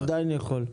אתה עדיין יכול.